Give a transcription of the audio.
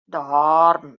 dorm